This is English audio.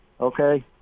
okay